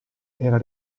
era